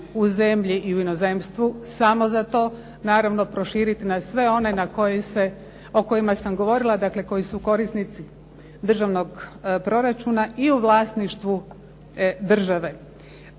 u zemlji i inozemstvu, samo za to. Naravno proširiti na sve one o kojima sam govorila, dakle koji su korisnici državnog proračuna i u vlasništvu države.